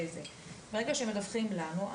ברגע שהם מדווחים לנו,